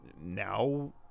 now